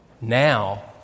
Now